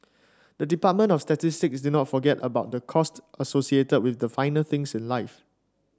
the Department of Statistics did not forget about the cost associated with the finer things in life